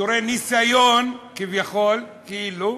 שידורי ניסיון, כביכול, כאילו,